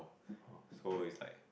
so it's like